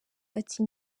ati